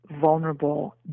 vulnerable